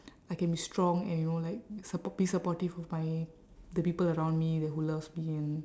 I can be strong and you know like be support be supportive of my the people around me who loves me and